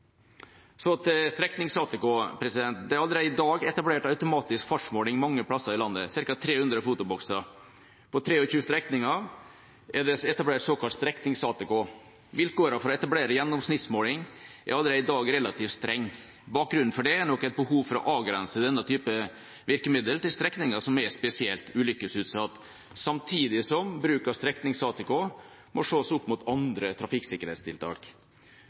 Så til streknings-ATK. Det er allerede i dag etablert automatisk fartsmåling mange plasser i landet, ca. 300 fotobokser. På 23 strekninger er det etablert såkalt streknings-ATK. Vilkårene for å etablere gjennomsnittsmåling er allerede i dag relativt strenge. Bakgrunnen for det er nok et behov for å avgrense denne typen virkemiddel til strekninger som er spesielt ulykkesutsatt, samtidig som bruk av streknings-ATK må ses opp mot andre trafikksikkerhetstiltak.